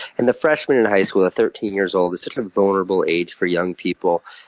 and the freshman in high school, thirteen years old, is such a vulnerable age for young people.